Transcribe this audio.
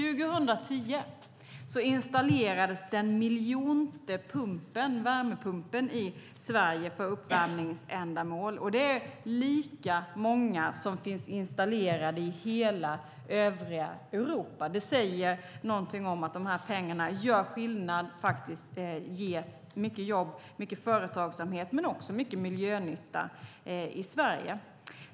År 2010 installerades den miljonte värmepumpen i Sverige för uppvärmningsändamål. Det är lika många som finns installerade i hela övriga Europa. Det säger någonting om att de här pengarna gör skillnad och faktiskt ger mycket jobb, mycket företagsamhet men också mycket miljönytta i Sverige.